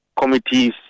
committees